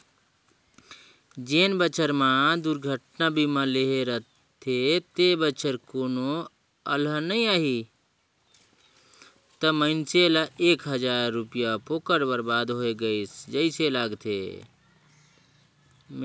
जेन बच्छर मे दुरघटना बीमा लेहे रथे ते बच्छर कोनो अलहन नइ आही त मइनसे ल एक हजार रूपिया फोकट बरबाद होय गइस जइसे लागथें